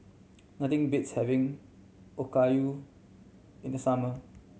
nothing beats having Okayu in the summer